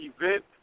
event